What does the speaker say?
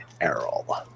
Errol